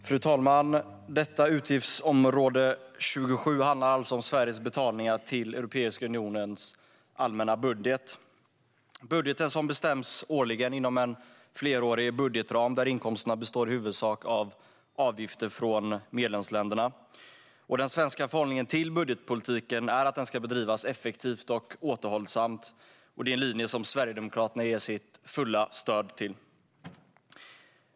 Fru talman! Utgiftsområde 27 handlar alltså om Sveriges betalningar till Europeiska unionens allmänna budget. Budgeten bestäms årligen inom en flerårig budgetram. Inkomsterna består i huvudsak av avgifter från medlemsländerna. Den svenska förhållningen till budgetpolitiken är att den ska bedrivas effektivt och återhållsamt. Det är en linje som Sverigedemokraterna ger sitt fulla stöd till.